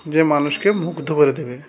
যে মানুষকে মুগ্ধ করে দেবে